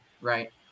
right